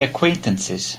acquaintances